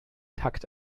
takt